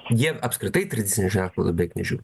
jie apskritai tradicinės žiniasklaidos beveik nežiūri